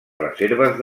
reserves